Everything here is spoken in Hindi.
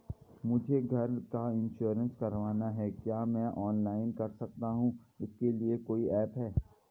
मुझे घर का इन्श्योरेंस करवाना है क्या मैं ऑनलाइन कर सकता हूँ इसके लिए कोई ऐप है?